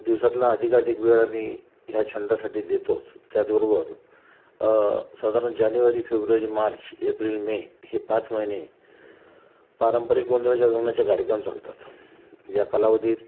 दिवसातला अधिकाधिक वेळ मी ह्या छंदासाठी देतोच त्याचबरोबर साधारण जानेवारी फेब्रुवारी मार्च एप्रिल मे हे पाच महिने पारंपरिक गोंधळ जागरणाचे कार्यक्रम चालतात या कालावधीत